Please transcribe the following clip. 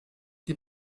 die